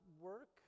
work